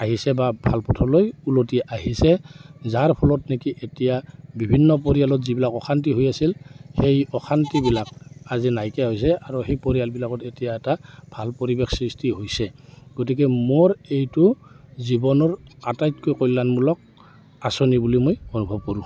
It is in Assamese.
আহিছে বা ভাল পথলৈ ওলটি আহিছে যাৰ ফলত নেকি এতিয়া বিভিন্ন পৰিয়ালত যিবিলাক অশান্তি হৈ আছিল সেই অশান্তিবিলাক আজি নাইকিয়া হৈছে আৰু সেই পৰিয়ালবিলাকত এতিয়া এটা ভাল পৰিৱেশ সৃষ্টি হৈছে গতিকে মোৰ এইটো জীৱনৰ আটাইতকৈ কল্যাণমূলক আঁচনি বুলি মই অনুভৱ কৰোঁ